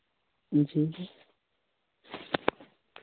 जी जी